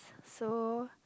so